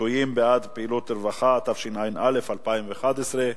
(ניכויים בעד פעילות רווחה), התשע"א 2011,